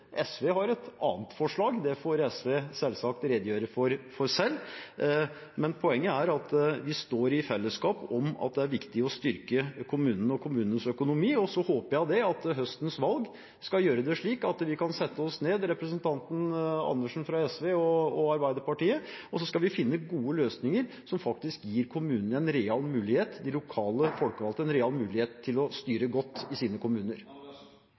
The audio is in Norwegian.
SV har et annet forslag. Det får SV selvsagt redegjøre for selv, men poenget er at vi står sammen om at det er viktig å styrke kommunene og kommunenes økonomi. Så håper jeg høstens valg vil gjøre at vi, representanten Andersen og SV og Arbeiderpartiet, kan sette oss ned og finne gode løsninger som faktisk gir de lokalt folkevalgte en real mulighet til å styre godt i sine kommuner.